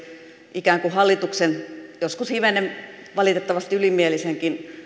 ikään kuin hallituksen joskus hivenen valitettavasti ylimielisenkin